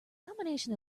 combination